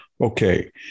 Okay